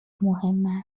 مهم